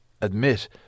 admit